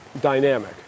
dynamic